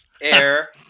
Air